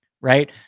right